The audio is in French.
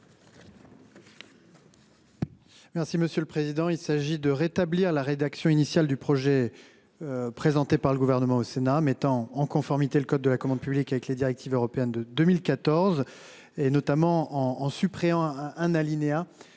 Merci monsieur le président, il s'agit de rétablir la rédaction initiale du projet. Présenté par le gouvernement au Sénat mettant en conformité le code de la commande publique avec les directives européennes de 2014. Et notamment en supprimant un un alinéa.